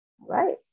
right